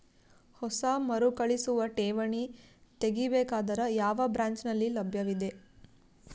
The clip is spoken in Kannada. ಹೊಸ ಮರುಕಳಿಸುವ ಠೇವಣಿ ತೇಗಿ ಬೇಕಾದರ ಯಾವ ಬ್ರಾಂಚ್ ನಲ್ಲಿ ಲಭ್ಯವಿದೆ?